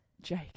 Jake